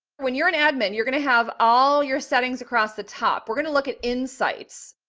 when you're an admin, you're going to have all your settings across the top. we're going to look at insights.